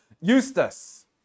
Eustace